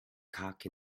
cock